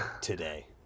today